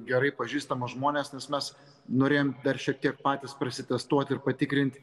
gerai pažįstamus žmones nes mes norėjom dar šiek tiek patys prasitestuot ir patikrint